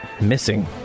Missing